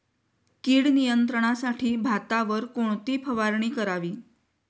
कीड नियंत्रणासाठी भातावर कोणती फवारणी करावी?